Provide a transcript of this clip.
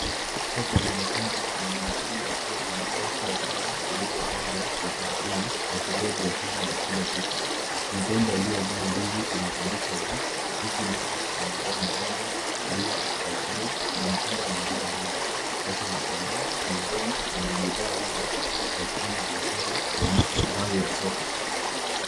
Soko la matunda linaonekana likiwa na maelefu ya bidhaa zilizopangwa kwa utaratibu, kuashiria biashara za kila siku. Migomba iliyojaa ndizi imetundikwa juu, huku meza zimejaa maembe, ndimu, paipai na matunda mengine mengi. Watu wanatembea miongoni mwa bidhaa hizo wakifanya biashara kuonyesha uhai wa soko.